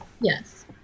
Yes